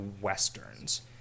westerns